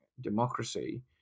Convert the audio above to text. democracy